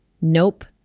Nope